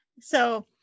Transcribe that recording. So-